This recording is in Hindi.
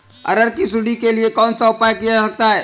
अरहर की सुंडी के लिए कौन सा उपाय किया जा सकता है?